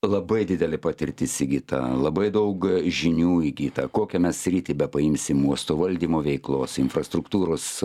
labai didelė patirtis įgyta labai daug žinių įgyta kokią mes sritį bepaimsim uosto valdymo veiklos infrastruktūros